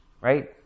Right